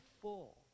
full